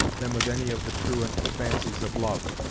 than with any of the truant fancies of love.